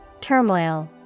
Turmoil